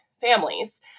families